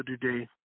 today